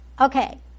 Okay